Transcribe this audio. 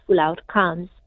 outcomes